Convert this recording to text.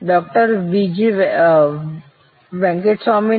Dr VG વેંકટસ્વામીના